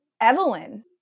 Evelyn